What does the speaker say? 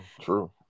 true